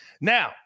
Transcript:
Now